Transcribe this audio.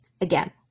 Again